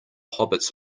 hobbits